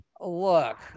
look